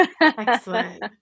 Excellent